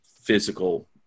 physical